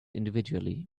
individually